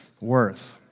worth